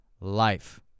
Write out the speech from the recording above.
life